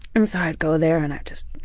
and so i'd go there and i'd just